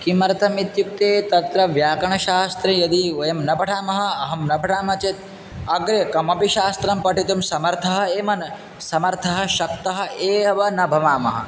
किमर्थम् इत्युक्ते तत्र व्याकरणशास्त्रे यदि वयं न पठामः अहं न पठामः चेत् अग्रे कमपि शास्त्रं पठितुं समर्थः एव न समर्थः शक्तः एव न भवामः